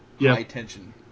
high-tension